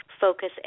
focus